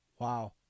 Wow